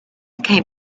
came